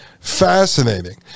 Fascinating